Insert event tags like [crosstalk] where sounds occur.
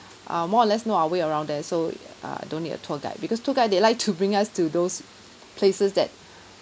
uh more or less know our way around there so ya uh don't need a tour guide because tour guide they [laughs] like to bring us to those places that [breath]